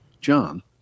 John